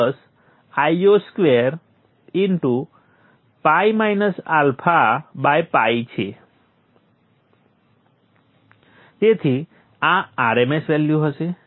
તેથી આ RMS value હશે